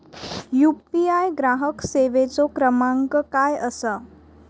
UPI ग्राहक सेवेचो क्रमांक काय असा?